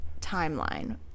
timeline